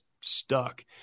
stuck